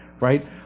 right